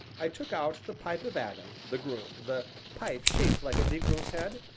i took out the pipe of adam, the groom, the pipe shaped like a negro's head,